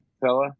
fella